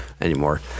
anymore